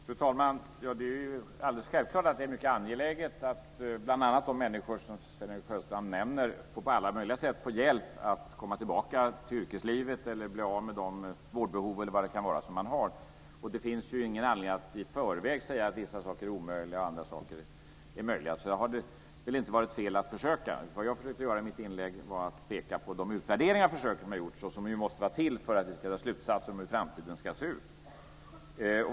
Fru talman! Det är självfallet mycket angeläget att bl.a. de människor som Sven-Erik Sjöstrand nämner på alla möjliga sätt får hjälp med att komma tillbaka till yrkeslivet eller med att bli fria från de vårdbehov som de kan ha. Det finns ingen anledning att i förväg säga att vissa saker är omöjliga medan andra ska vara möjliga. Det hade väl inte varit fel att försöka. Vad jag gjorde i mitt inlägg var att peka på de utvärderingsförsök som har gjorts och som vi måste ta till för att kunna dra slutsatser om hur framtiden kommer att se ut.